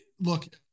Look